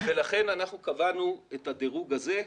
ולכן אנחנו קבענו את הדירוג הזה.